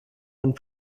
und